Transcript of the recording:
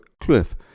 cliff